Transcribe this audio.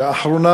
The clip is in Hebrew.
והאחרונה